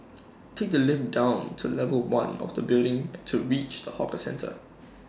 take the lift down to level one of the building to reach the hawker centre